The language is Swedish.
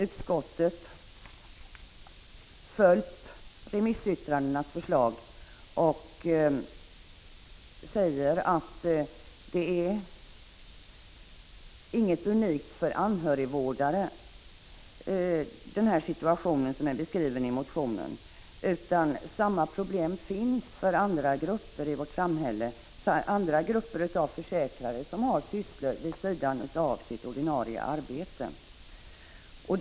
Utskottet har följt remissyttrandenas förslag och säger att den situation som är beskriven i motionen inte är unik för anhörigvårdare. Samma problem finns för andra grupper av försäkrade som har sysslor vid sidan av sitt ordinarie arbete.